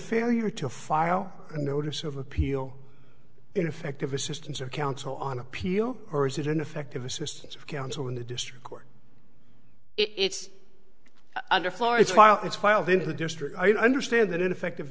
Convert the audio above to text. failure to file a notice of appeal ineffective assistance of counsel on appeal or is it an effective assistance of counsel in the district court it's under floor it's well it's well into the district i understand that ineffect